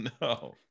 no